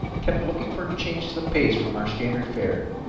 kept looking for changes of pace from our standard fare.